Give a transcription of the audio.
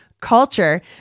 culture